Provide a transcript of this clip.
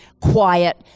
quiet